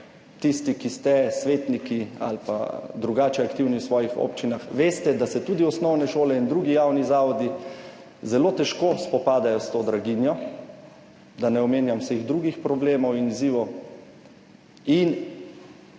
Tisti, ki ste svetniki ali pa drugače aktivni v svojih občinah, veste, da se tudi osnovne šole in drugi javni zavodi zelo težko spopadajo s to draginjo, da ne omenjam vseh drugih problemov in izzivov.